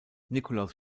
nikolaus